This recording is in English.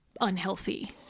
unhealthy